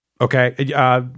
Okay